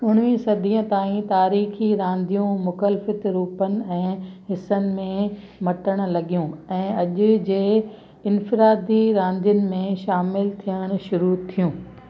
उणिवीह सदीअ ताईं तारीख़ी रांदियूं मुख़्तलिफ़ रूपनि ऐं हिसनि में मटणु लगि॒यूं ऐं अॼु जे इंफरादी रांदियुनि में शामिलु थियणु शुरू थियूं